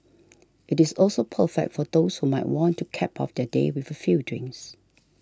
it is also perfect for those who might want to cap off their day with a few drinks